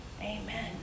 Amen